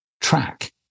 track